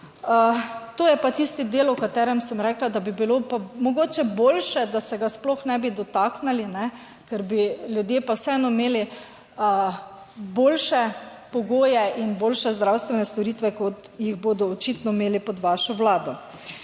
to je pa tisti del, o katerem sem rekla, da bi bilo mogoče boljše, da se ga sploh ne bi dotaknili, ker bi ljudje pa vseeno imeli boljše pogoje in boljše zdravstvene storitve, kot jih bodo očitno imeli pod vašo vlado.